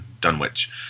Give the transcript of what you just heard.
Dunwich